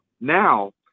now